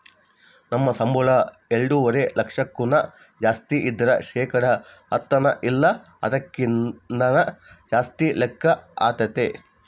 ನಮ್ ಸಂಬುಳ ಎಲ್ಡುವರೆ ಲಕ್ಷಕ್ಕುನ್ನ ಜಾಸ್ತಿ ಇದ್ರ ಶೇಕಡ ಹತ್ತನ ಇಲ್ಲ ಅದಕ್ಕಿನ್ನ ಜಾಸ್ತಿ ಲೆಕ್ಕ ಆತತೆ